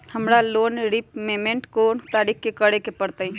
हमरा loan repayment कोन तारीख के करे के परतई?